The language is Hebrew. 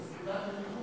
מבחינת בטיחות,